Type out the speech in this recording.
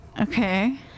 Okay